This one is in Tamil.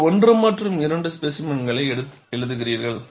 நீங்கள் 1 மற்றும் 2 ஸ்பேசிமெனை எழுதுகிறீர்கள்